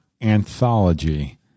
anthology